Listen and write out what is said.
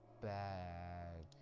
bag